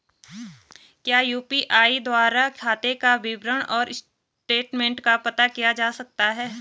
क्या यु.पी.आई द्वारा खाते का विवरण और स्टेटमेंट का पता किया जा सकता है?